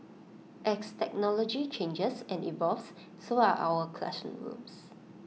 as technology changes and evolves so are our classrooms